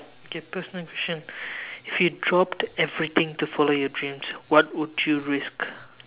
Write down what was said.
okay personal question if you dropped everything to follow your dreams what would you risk